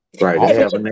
Right